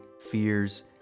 fears